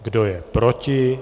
Kdo je proti?